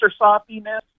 Softiness